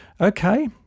Okay